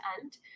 end